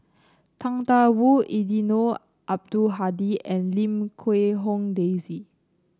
Tang Da Wu Eddino Abdul Hadi and Lim Quee Hong Daisy